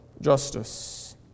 justice